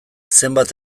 zenbait